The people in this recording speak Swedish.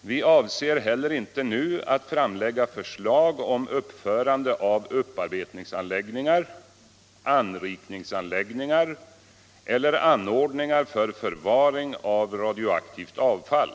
”Vi avser heller inte nu att framlägga förslag om uppförande av upp arbetningsanläggningar, anrikningsanläggningar eller anordningar för förvaring av radioaktivt avfall.